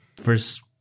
first